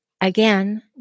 Again